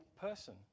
person